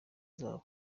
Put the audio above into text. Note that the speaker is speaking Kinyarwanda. zabo